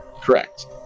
Correct